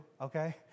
okay